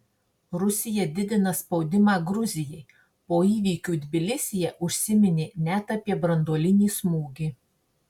rusija didina spaudimą gruzijai po įvykių tbilisyje užsiminė net apie branduolinį smūgį